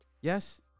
Yes